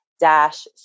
Dash